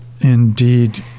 indeed